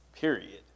period